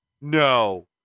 no